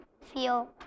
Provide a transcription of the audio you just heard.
feel